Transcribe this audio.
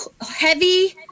heavy